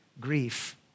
grief